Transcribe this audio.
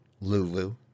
Lulu